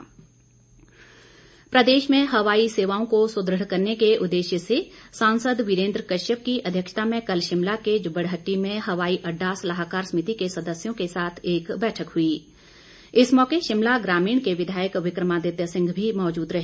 वीरें द्र कश्यप प्रदेश में हवाई सेवाओं को सुदृढ़ करने के उद्रेश्य से सांसद वीरेंद्र कश्यप की अध्यक्षता में कल शिमला के जुब्बड़हट्टी में हवाई अड्डा सलाहकार समिति के सदस्यों के साथ एक बैठक हुई इस मौके शिमला ग्रामीण के विधायक विक्र मादित्य सिंह भी मौजूद रहे